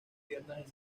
piernas